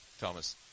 Thomas